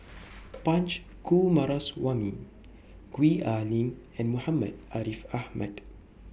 Punch Coomaraswamy Gwee Ah Leng and Muhammad Ariff Ahmad